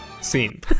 scene